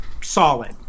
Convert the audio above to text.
solid